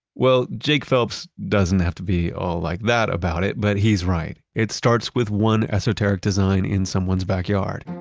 well, jake phelps doesn't have to be all like that about it, but he's right. it starts with one esoteric design in someone's backyard.